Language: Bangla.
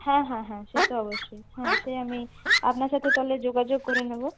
হ্যাঁ হ্যাঁ হ্যাঁ সে তো অবশ্যই হ্যাঁ সে আমি আপনার সাথে তাহলে যোগাযোগ করে নেব